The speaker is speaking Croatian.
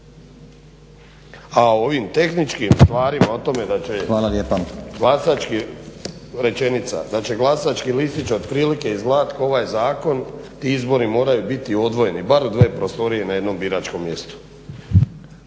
da će glasački, rečenica, da će glasački listić otprilike izgledati kao ovaj zakon, ti izbori moraju biti odvojeni bare u dvije prostorije na jednom biračkom mjestu.